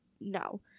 no